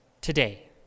today